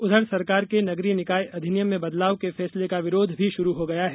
उधर सरकार के नगरीय निकाय अधिनियम में बदलाव के फैसले का विरोध भी शुरू हो गया है